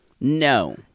No